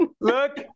Look